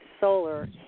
solar